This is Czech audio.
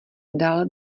dal